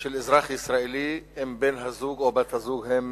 של אזרח ישראל אם בן הזוג או בת הזוג הם